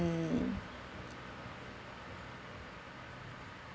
mm